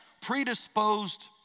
predisposed